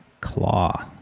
claw